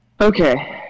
okay